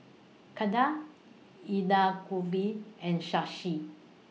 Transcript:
Ketna and Shashi